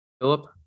Philip